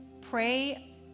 pray